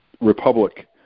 republic